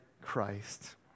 Christ